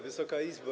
Wysoka Izbo!